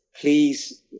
please